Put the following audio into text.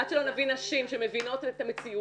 עד שלא נביא נשים שמבינות את המציאות,